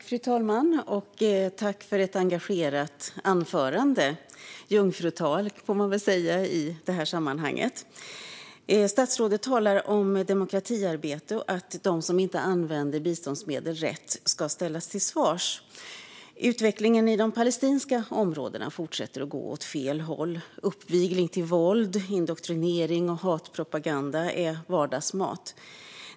Fru talman! Tack, Matilda Ernkrans, för ett engagerat anförande! Man får väl säga att det är ett jungfrutal i det här sammanhanget. Statsrådet talar om demokratiarbete och att de som inte använder biståndsmedel rätt ska ställas till svars. Utvecklingen i de palestinska områdena fortsätter att gå åt fel håll. Uppvigling till våld, indoktrinering och hatpropaganda är vardagsmat.